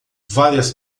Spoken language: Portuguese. várias